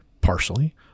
Partially